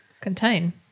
contain